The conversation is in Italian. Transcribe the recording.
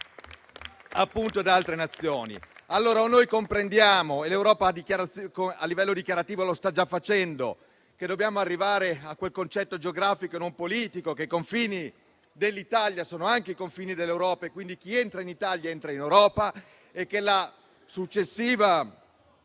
Nazioni. Allora noi comprendiamo - e l'Europa a livello dichiarativo lo sta già facendo - che dobbiamo arrivare a quel concetto geografico e non politico che i confini dell'Italia sono anche i confini dell'Europa e, quindi, chi entra in Italia entra in Europa e che il successivo